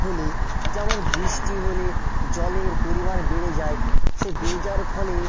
হলে যেমন বৃষ্টি হলে জলের পরিমাণ বেড়ে যায় সে বেড়ে যাওয়ার ফলে